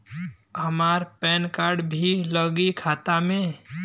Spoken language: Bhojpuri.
हमार पेन कार्ड भी लगी खाता में?